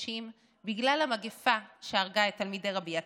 חודשים בגלל המגפה שהרגה את תלמידי רבי עקיבא.